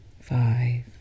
five